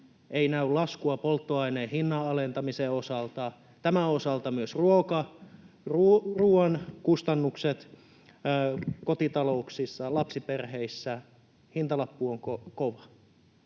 ei näy laskua polttoaineen hinnan alentamisen osalta. Tämän osalta myös ruoan kustannusten hintalappu kotitalouksissa, lapsiperheissä on kova.